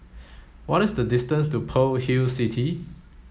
what is the distance to Pearl Hill City